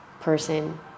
person